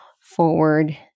forward